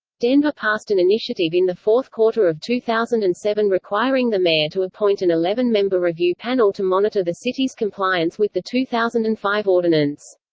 denver passed an initiative in the fourth quarter of two thousand and seven requiring the mayor to appoint an eleven member review panel to monitor the city's compliance with the two thousand and five ordinance.